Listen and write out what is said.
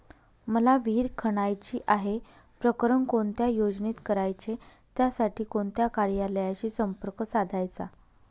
मला विहिर खणायची आहे, प्रकरण कोणत्या योजनेत करायचे त्यासाठी कोणत्या कार्यालयाशी संपर्क साधायचा?